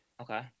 Okay